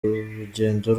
rugendo